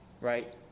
right